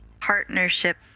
partnership